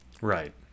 Right